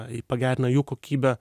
pagerina jų kokybę